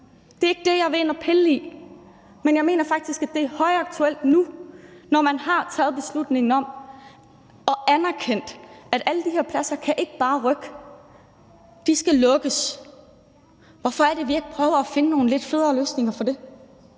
Det er ikke det, jeg vil ind og pille ved, men jeg mener faktisk, at det er højaktuelt nu, når man har taget beslutningen og har anerkendt, at alle de her pladser ikke bare kan rykke – de skal lukkes. Hvorfor er det, vi ikke prøver at finde nogle lidt federe løsninger for det?